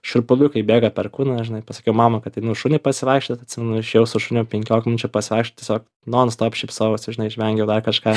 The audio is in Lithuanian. šiurpuliukai bėga per kūną žinai pasakiau mama kad einu šunį pasivaikščiot atsimenu išėjau su šuniu penkiolika minučių pasivaikščiot tiesiog non stop šypsojausi žinai žvengiau dar kažką